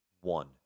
one